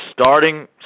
starting